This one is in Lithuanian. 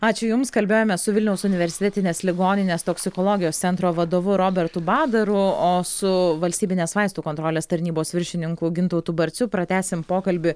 ačiū jums kalbėjome su vilniaus universitetinės ligoninės toksikologijos centro vadovu robertu badaru o su valstybinės vaistų kontrolės tarnybos viršininku gintautu barciu pratęsim pokalbį